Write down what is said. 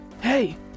hey